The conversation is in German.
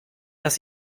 dass